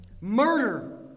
murder